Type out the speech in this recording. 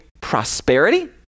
prosperity